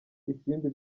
isimbi